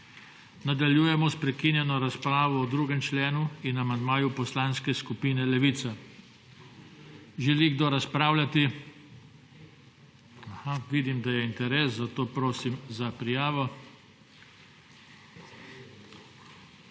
Nadaljujemo prekinjeno razpravo o 2. členu in amandmaju Poslanske skupine Levica. Želi kdo razpravljati? Vidim, da je interes, zato prosim za prijavo.